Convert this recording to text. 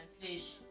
fish